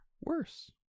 worse